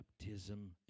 baptism